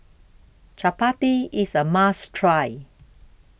Chappati IS A must Try